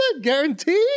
guaranteed